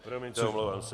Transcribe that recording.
Promiňte, omlouvám se.